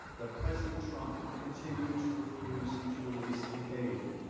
but president trump continued to refuse to release the eight.